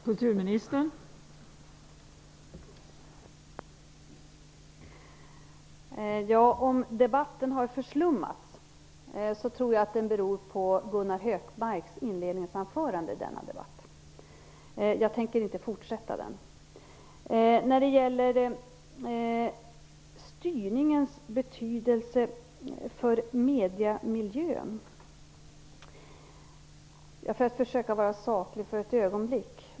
Fru talman! Om debatten har förslummats tror jag att det beror på Gunnar Hökmarks inledningsanförande i denna debatt. Jag tänker inte fortsätta den förslumningen. När det gäller styrningens betydelse för mediemiljön skall jag för ett ögonblick försöka vara saklig.